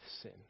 sin